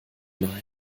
nein